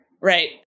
Right